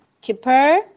keeper